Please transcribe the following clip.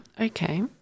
Okay